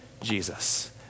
Jesus